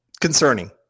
concerning